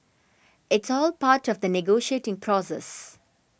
it's all part of the negotiating process